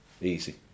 easy